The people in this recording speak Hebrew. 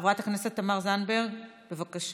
חברת הכנסת תמר זנדברג, בבקשה.